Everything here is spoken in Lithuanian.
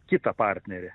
kitą partnerį